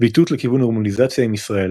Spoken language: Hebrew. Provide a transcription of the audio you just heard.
ואיתות לכיוון נורמליזציה עם ישראל,